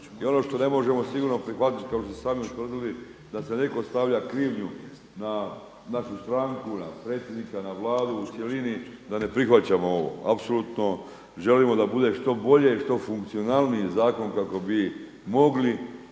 I ono što ne možemo sigurno prihvatiti kao što ste i sami utvrdili da neko stavlja krivnju na našu stranku, na predsjednika, na Vladu u cjelini da ne prihvaćamo ovo. Apsolutno, želimo da bude što bolje i što funkcionalniji zakon kako bi mogli